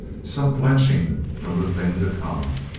some blenching from the thing to come.